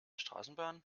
straßenbahn